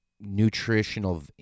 nutritional